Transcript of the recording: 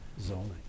zoning